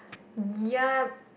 ya